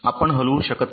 आपण हलवू शकत नाही